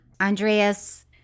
Andreas